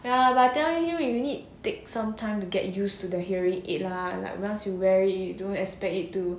ya but I tell you you need take some time to get used to the hearing aid lah like once you wear it you don't expect it to